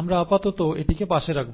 আমরা আপাতত এটিকে পাশে রাখবো